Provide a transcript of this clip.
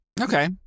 Okay